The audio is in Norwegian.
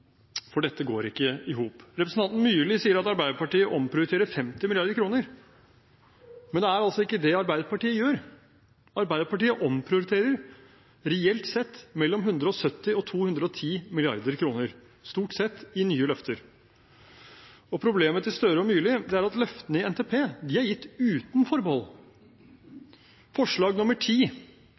for dette går ikke i hop. Representanten Myrli sier at Arbeiderpartiet omprioriterer 50 mrd. kr, men det er altså ikke det Arbeiderpartiet gjør. Arbeiderpartiet omprioriterer reelt sett mellom 170 mrd. kr og 210 mrd. kr, stort sett i nye løfter. Problemet til representanten Gahr Støre og representanten Myrli er at løftene i NTP er gitt uten forbehold. I forslag